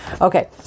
Okay